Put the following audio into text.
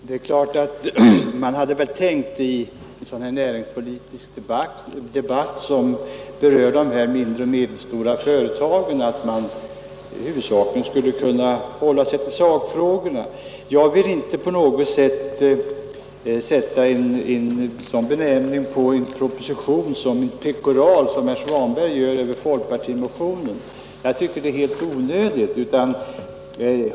Herr talman! Jag hade tänkt att man i en sådan här näringspolitisk debatt, som berör de mindre och medelstora företagen, huvudsakligen skulle kunna hålla sig till sakfrågorna. Jag vill inte sätta en sådan benämning som pekoral på en proposition, vilket herr Svanberg gör på folkpartimotionen — jag tycker att det är helt onödigt.